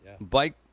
bike